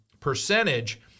percentage